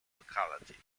locality